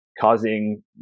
causing